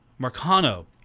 Marcano